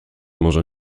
może